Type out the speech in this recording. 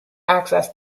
access